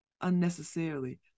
unnecessarily